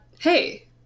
hey